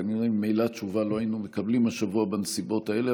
כנראה ממילא תשובה לא היינו מקבלים השבוע בנסיבות האלה.